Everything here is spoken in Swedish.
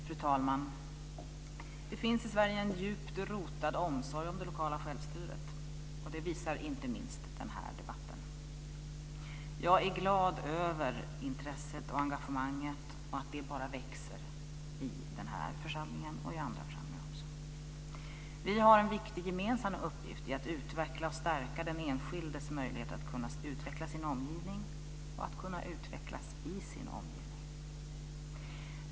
Fru talman! Det finns i Sverige en djupt rotad omsorg om det lokala självstyret. Det visar inte minst den här debatten. Jag är glad över intresset och engagemanget och att det bara växer i den här församlingen och i andra församlingar. Vi har en viktig gemensam uppgift att utveckla och stärka den enskildes möjligheter att utveckla sin omgivning och utvecklas i sin omgivning.